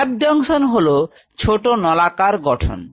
gap junction হল ছোট নলাকার গঠন